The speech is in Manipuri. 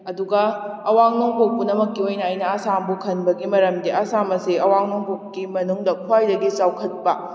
ꯑꯗꯨꯒ ꯑꯋꯥꯡ ꯅꯣꯡꯄꯣꯛ ꯄꯨꯝꯅꯃꯛꯀꯤ ꯑꯣꯏꯅ ꯑꯩꯅ ꯑꯁꯥꯝꯕꯨ ꯈꯟꯕꯒꯤ ꯃꯔꯝꯗꯤ ꯑꯁꯥꯝ ꯑꯁꯤ ꯑꯋꯥꯡ ꯅꯣꯡꯄꯣꯛꯀꯤ ꯃꯅꯨꯡꯗ ꯈ꯭ꯋꯥꯏꯗꯒꯤ ꯆꯥꯎꯈꯠꯄ